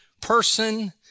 person